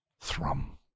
thrum